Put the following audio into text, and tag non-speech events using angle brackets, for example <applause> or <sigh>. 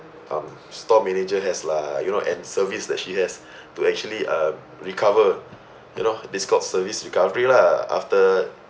um store manager has lah you know and service that she has <breath> to actually uh recover you know this called service recovery lah after